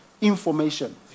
information